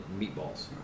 Meatballs